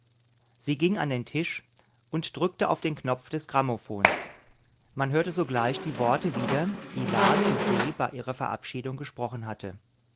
sie ging an den tisch und drückte auf den knopf des grammophons man hörte sogleich die worte wieder die la zu se bei ihrer verabschiedung gesprochen hatte